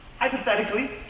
Hypothetically